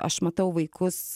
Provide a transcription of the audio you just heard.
aš matau vaikus